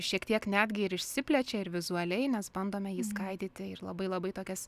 šiek tiek netgi ir išsiplečia ir vizualiai nes bandome jį skaidyti ir labai labai tokias